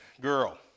girl